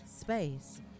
space